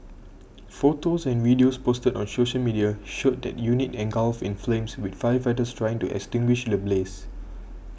photos and videos posted on social media showed the unit engulfed in flames with firefighters trying to extinguish the blaze